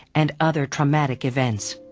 and other traumatic events.